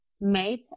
made